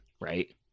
right